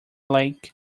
lake